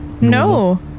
No